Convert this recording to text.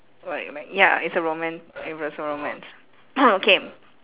what like ya it's a roman~ it's a romance okay